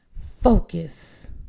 Focus